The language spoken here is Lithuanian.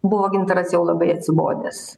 buvo gintaras jau labai atsibodęs